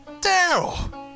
Daryl